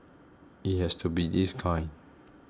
it has to be this kind